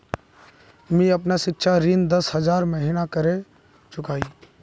मी अपना सिक्षा ऋण दस हज़ार महिना करे चुकाही